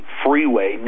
freeway